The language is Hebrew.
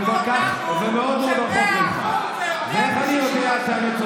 תירגע, תירגע, הייתי שם.